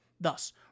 Thus